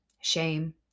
shame